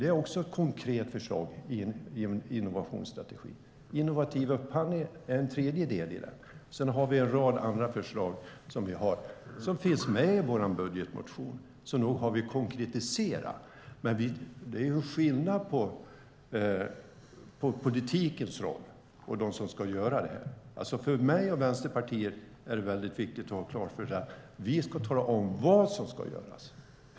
Det är också ett konkret förslag i en innovationsstrategi. Innovativa upphandlingar är en tredje del i det, och sedan har vi en rad andra förslag som finns med i vår budgetmotion. Så nog har vi konkretiserat. Man skiljer på politikens roll och de som ska göra det här. För mig och Vänsterpartiet är det viktigt att vi har klart för oss att vi ska tala om vad som ska göras.